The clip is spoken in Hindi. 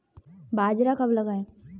बाजरा कब लगाएँ?